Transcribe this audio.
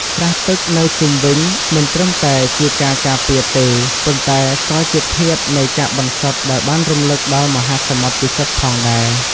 ស្រះទឹកនៅជុំវិញមិនត្រឹមតែជាការការពារទេ ប៉ុន្តែក៏ជាធាតុនៃការបន្សុទ្ធដែលបានរំឭកដល់មហាសមុទ្រពិសិដ្ឋផងដែរ។